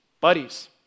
Buddies